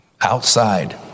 Outside